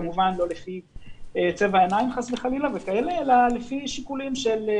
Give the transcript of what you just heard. כמובן לא לפי צבע עיניים חס וחלילה אלא לפי שיקולים של